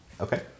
okay